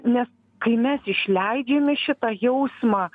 nes kai mes išleidžiame šitą jausmą